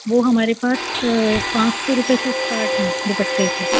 وہ ہمارے پاس پانچ سو روپے سے اسٹارٹ ہیں دوپٹے سے